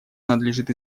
надлежит